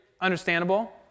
understandable